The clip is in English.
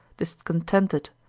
discontented,